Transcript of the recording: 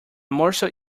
morsel